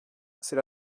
c’est